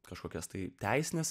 kažkokias tai teisines